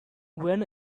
when